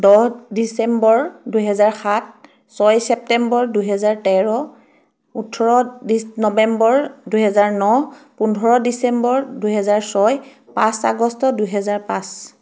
দহ ডিচেম্বৰ দুহেজাৰ সাত ছয় ছেপ্টেম্বৰ দুহেজাৰ তেৰ ওঠৰ ডি নৱেম্বৰ দুহেজাৰ ন পোন্ধৰ ডিচেম্বৰ দুহেজাৰ ছয় পাঁচ আগষ্ট দুহেজাৰ পাঁচ